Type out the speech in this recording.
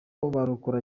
barakora